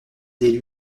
des